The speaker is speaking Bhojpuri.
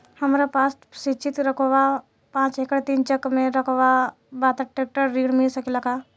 हमरा पास सिंचित रकबा पांच एकड़ तीन चक में रकबा बा त ट्रेक्टर ऋण मिल सकेला का?